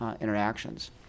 interactions